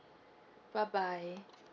bye bye